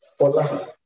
Allah